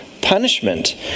punishment